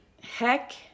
heck